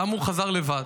למה הוא חזר לבד?